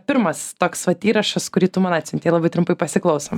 pirmas toks vat įrašas kurį tu man atsiuntei labai trumpai pasiklausom